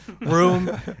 room